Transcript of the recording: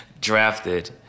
drafted